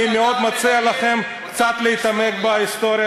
אני מאוד מציע לכם קצת להתעמק בהיסטוריה